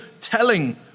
telling